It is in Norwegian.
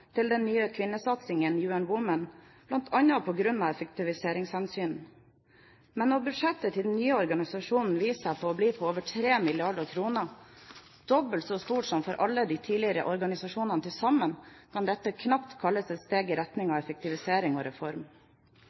til den nye kvinnesatsingen, UN Women, bl.a. på grunn av effektiviseringshensyn. Men når budsjettet til den nye organisasjonen viser seg å bli på over 3 mrd. kr, dobbelt så stort som for alle de tidligere organisasjonene til sammen, kan dette knapt kalles et steg i retning av effektivisering og reform.